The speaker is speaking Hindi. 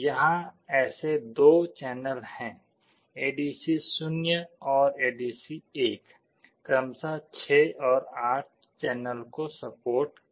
यहाँ ऐसे 2 चैनल हैं एडीसी0 और एडीसी1 क्रमशः 6 और 8 चैनल को सपोर्ट करते हैं